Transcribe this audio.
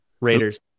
Raiders